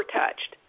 touched